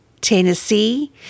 Tennessee